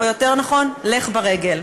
או יותר נכון: לך ברגל.